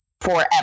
forever